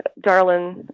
Darlin